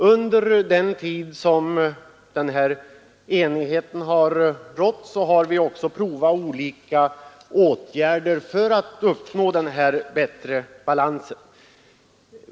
Under den tid som den här enigheten rått har vi också prövat olika åtgärder för att uppnå en bättre balans.